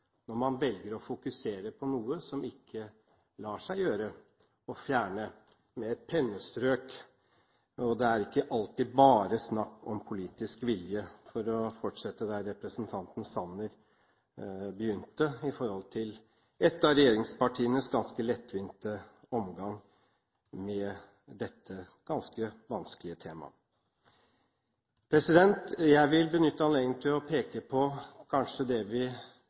når man velger å fokusere på noe som ikke lar seg fjerne med et pennestrøk. Det er ikke alltid bare snakk om politisk vilje – for å fortsette der representanten Sanner begynte, i forhold til et av regjeringspartienes ganske lettvinte omgang med dette ganske vanskelige temaet. Jeg vil benytte anledningen til å peke på det som vi som politikere kanskje